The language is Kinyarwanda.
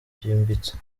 byimbitse